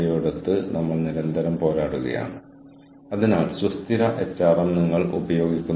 കൂടാതെ നമ്മൾ മുന്നോട്ട് പോയി ക്ലയന്റിന് എന്തെങ്കിലും വിതരണം ചെയ്യുന്നു